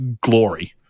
glory